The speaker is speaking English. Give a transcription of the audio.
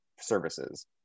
services